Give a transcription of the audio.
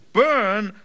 burn